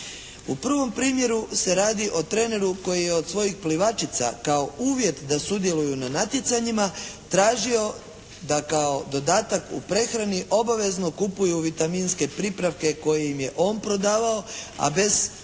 U prvom primjeru se radi o treneru koji je od svojih plivačica kao uvjet da sudjeluju na natjecanjima tražio da kao dodatak u prehrani obavezno kupuje vitaminske pripravke koje im je on prodavao, a bez